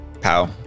Pow